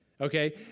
Okay